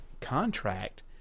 contract